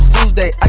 Tuesday